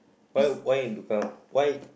why why look out why